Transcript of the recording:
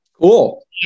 Cool